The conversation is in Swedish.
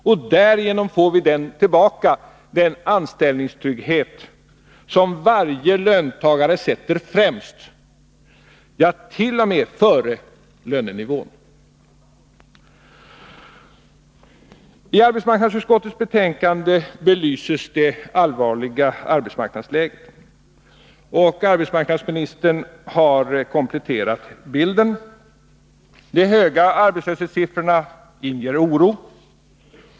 Och därigenom får vi tillbaka den anställningstrygghet som varje löntagare sätter främst, ja, t.o.m. före lönenivån. I arbetsmarknadsutskottets betänkande 13 belyses det allvarliga arbetsmarknadsläget, och arbetsmarknadsministern har kompletterat bilden. De höga arbetslöshetssiffrorna inger oro.